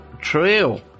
Trail